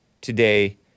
today